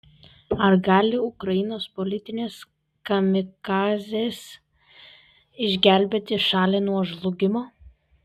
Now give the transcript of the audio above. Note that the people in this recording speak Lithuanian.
ar gali ukrainos politinės kamikadzės išgelbėti šalį nuo žlugimo